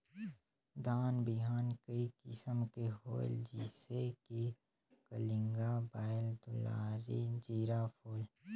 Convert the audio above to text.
धान बिहान कई किसम के होयल जिसे कि कलिंगा, बाएल दुलारी, जीराफुल?